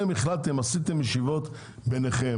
בוא תוכיח.